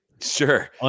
Sure